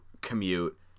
commute